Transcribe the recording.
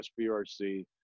SBRC